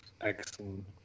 Excellent